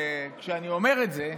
וכשאני אומר את זה,